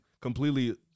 completely